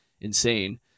insane